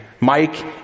Mike